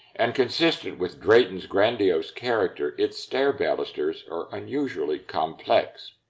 and consistent with drayton's grandiose character, its stair balusters are unusually complex.